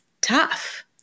tough